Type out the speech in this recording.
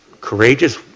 courageous